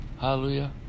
hallelujah